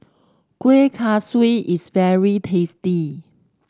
Kueh Kaswi is very tasty